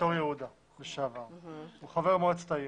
0. מיום פרסום ההחלטה במשך שנה 80%,